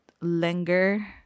linger